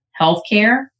Healthcare